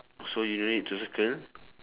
so you no need to circle